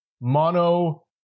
Mono